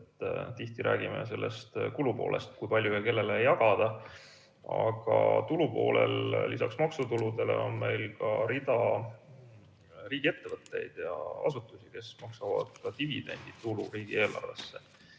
Tihti me räägime sellest kulupoolest, kui palju ja kellele jagada, aga tulupoolel on lisaks maksutuludele ka rida riigiettevõtteid ja asutusi, kes maksavad dividenditulu riigieelarvesse.